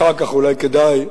אחר כך אולי כדאי,